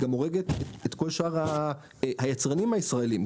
גם הורגת את כל שאר היצרנים הישראלים,